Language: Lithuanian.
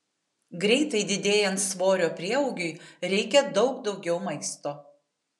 greitai didėjant svorio prieaugiui reikia daug daugiau maisto